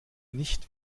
nicht